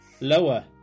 Lower